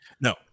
No